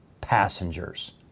passengers